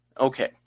Okay